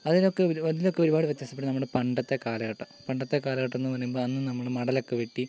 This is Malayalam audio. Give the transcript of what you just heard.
അതിലൊക്കെ ഇവർ അതിലൊക്കെ ഒരുപാട് വ്യത്യാസപ്പെടുന്നു നമ്മുടെ പണ്ടത്തെ കാലഘട്ടം പണ്ടത്തെ കാലഘട്ടം എന്ന് പറയുമ്പോൾ അന്ന് നമ്മൾ മടലൊക്കെ വെട്ടി